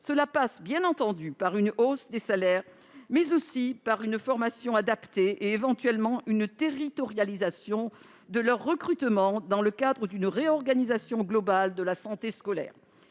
Cela passe, bien entendu, par une hausse des salaires, mais aussi par une formation adaptée et éventuellement une territorialisation du recrutement dans le cadre d'une réorganisation globale de la santé scolaire.